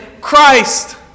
Christ